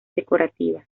decorativas